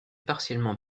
partiellement